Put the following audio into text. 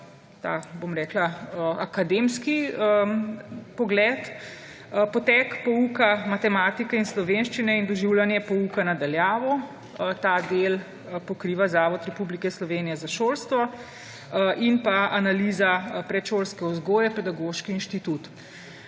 fakultet, ta akademski pogled. Potek pouka matematike in slovenščine ter doživljanje pouka na daljavo. Ta del pokriva Zavod Republike Slovenije za šolstvo. In analiza predšolske vzgoje, Pedagoški inštitut.